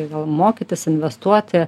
gal mokytis investuoti